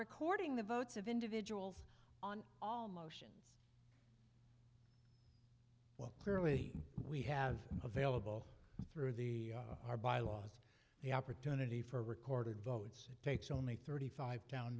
recording the votes of individuals on all motion well clearly we have available through the our bylaws the opportunity for recorded votes it takes only thirty five town